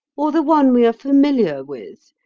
or the one we are familiar with,